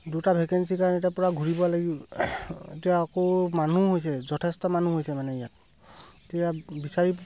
দুটা ভেকেঞ্চিৰ কাৰণ এতিয়া পৰা ঘূৰিব লাগিব এতিয়া আকৌ মানুহ হৈছে যথেষ্ট মানুহ হৈছে মানে ইয়াত এতিয়া বিচাৰি